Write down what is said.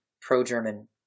pro-German